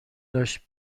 داشت